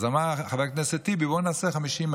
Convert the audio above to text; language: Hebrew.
אז אמר חבר הכנסת טיבי: בואו נעשה 50,000,